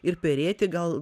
ir perėti gal